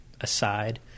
aside